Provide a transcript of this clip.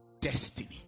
destiny